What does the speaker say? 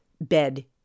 bed